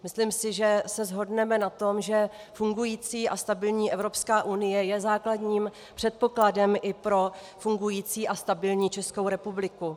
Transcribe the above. Myslím si, že se shodneme na tom, že fungující a stabilní Evropská unie je základním předpokladem i pro fungující a stabilní Českou republiku.